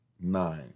nine